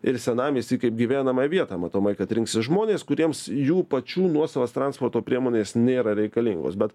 ir senamiesty kaip gyvenamą vietą matomai kad rinksis žmonės kuriems jų pačių nuosavos transporto priemonės nėra reikalingos bet